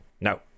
no